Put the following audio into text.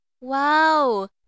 Wow